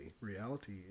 Reality